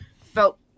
felt